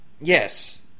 Yes